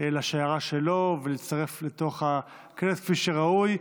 מחר לשיירה שלו ולהצטרף לתוך הכנס, כפי שראוי.